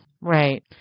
Right